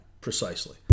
Precisely